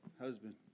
husband